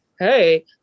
Hey